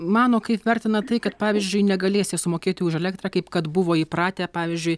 mano kaip vertina tai kad pavyzdžiui negalėsi sumokėti už elektrą kaip kad buvo įpratę pavyzdžiui